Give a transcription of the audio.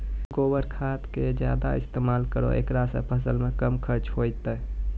गोबर खाद के ज्यादा इस्तेमाल करौ ऐकरा से फसल मे कम खर्च होईतै?